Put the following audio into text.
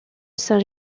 saint